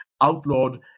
outlawed